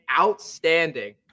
outstanding